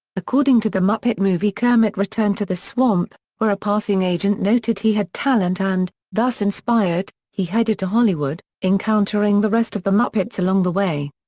according to the muppet movie kermit returned to the swamp, where a passing agent noted he had talent and, thus inspired, he headed to hollywood, encountering the rest of the muppets along the way.